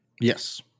Yes